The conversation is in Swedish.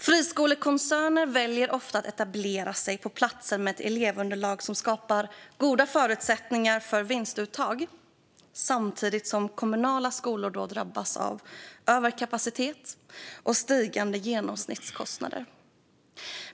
Friskolekoncerner väljer ofta att etablera sig på platser med ett elevunderlag som skapar goda förutsättningar för vinstuttag, samtidigt som kommunala skolor då drabbas av överkapacitet och stigande genomsnittskostnader.